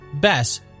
Bess